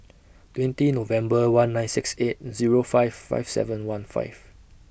twenty November one nine six eight Zero five five seven one five